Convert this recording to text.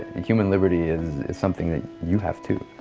human liberty is something that you have, too.